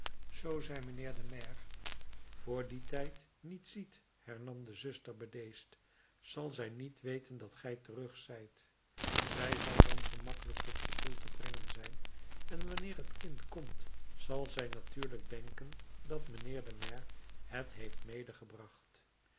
zoo zij mijnheer den maire vr dien tijd niet ziet hernam de zuster bedeesd zal zij niet weten dat gij terug zijt zij zal dan gemakkelijk tot geduld te brengen zijn en wanneer het kind komt zal zij natuurlijk denken dat mijnheer de maire het heeft